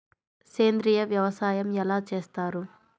సేంద్రీయ వ్యవసాయం ఎలా చేస్తారు?